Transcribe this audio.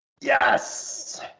yes